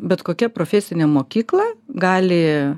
bet kokia profesinė mokykla gali